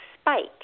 spike